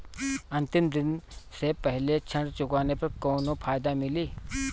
अंतिम दिन से पहले ऋण चुकाने पर कौनो फायदा मिली?